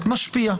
משפיע.